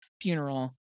funeral